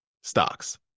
stocks